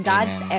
God's